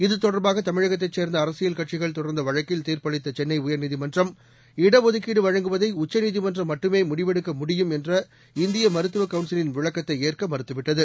இத்தொடர்பாக தமிழகத்தைச் சேர்ந்த அரசியல் கட்சிகள் தொடர்ந்த வழக்கில் தீர்ப்பளித்த சென்னை உயர்நீதிமன்றம் இடஒதுக்கீடு வழங்குவதை உச்சநீதிமன்றம் மட்டுமே முடிவெடுக்க முடியும் என்ற இந்திய மருத்துவ கவுன்சிலின் விளக்கத்தை ஏற்க மறுத்துவிட்டது